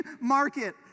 market